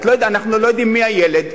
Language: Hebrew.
אנחנו לא יודעים מי הילד,